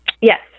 Yes